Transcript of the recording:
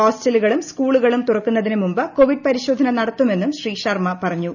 ഹോസ്റ്റലുകളും സ്കൂളുകളും തുറക്കുന്നതിന് മുമ്പ് കോവിഡ് പരിശോധന നടത്തുമെന്നും ശ്രീ ശർമ്മ പറഞ്ഞു